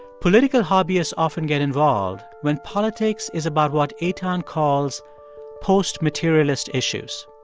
political hobbyists often get involved when politics is about what eitan calls postmaterialist issues.